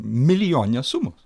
milijoninės sumos